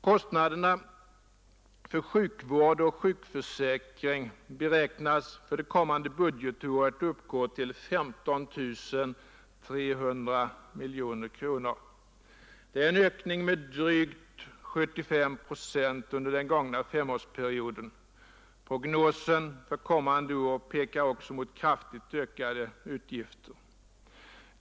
Kostnaderna för sjukvård och sjukförsäkring beräknas för kommande budgetår uppgå till 15 300 miljoner kronor. Det är en ökning med drygt 75 procent under den gångna femårsperioden. Prognosen för kommande år pekar också mot kraftigt ökade utgifter.